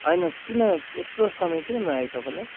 होइन किन यत्रो समय किन लागेको तपाईँलाई